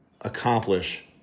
accomplish